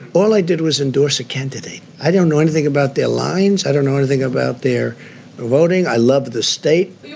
all i did was endorse a candidate. i don't know anything about deadlines. i don't know anything about their voting. i love the state. i